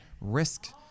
Risk